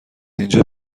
اینجا